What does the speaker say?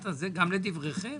גם לדבריכם.